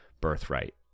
birthright